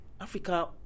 Africa